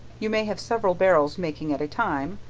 you may have several barrels making at a time,